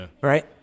right